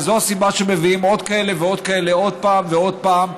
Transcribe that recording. וזו הסיבה שמביאים עוד כאלה ועוד כאלה עוד פעם ועוד פעם,